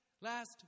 last